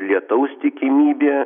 lietaus tikimybė